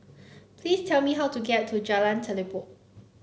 please tell me how to get to Jalan Telipok